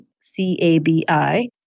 C-A-B-I